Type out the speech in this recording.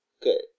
Good